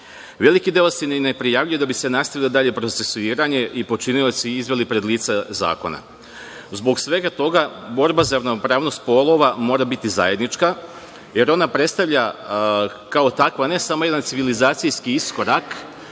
Veliki deo se ne prijavljuje da bi se nastavilo dalje procesuiranje i počinioci izveli pred lice zakona. Zbog svega toga, borba za ravnopravnost polova mora biti zajednička, jer ona predstavlja, kao takva, ne samo jedan civilizacijski iskorak,